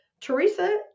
Teresa